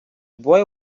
boy